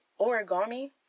origami